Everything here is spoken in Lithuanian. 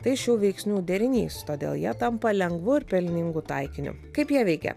tai šių veiksnių derinys todėl jie tampa lengvu ir pelningu taikiniu kaip jie veikia